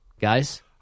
Guys